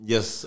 Yes